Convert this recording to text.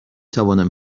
توانم